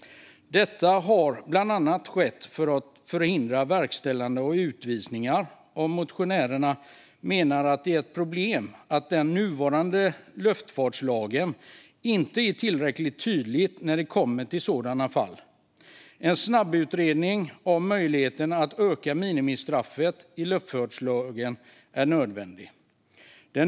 Detta har bland annat skett för att förhindra verkställande av utvisningar, och motionärerna menar att ett problem är att den nuvarande luftfartslagen inte är tillräckligt tydlig när det kommer till sådana fall. En snabbutredning av möjligheten att öka minimistraffet i luftfartslagen är nödvändig.